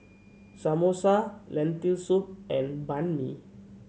Samosa Lentil Soup and Banh Mi